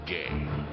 game